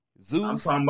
Zeus